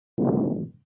nine